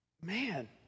man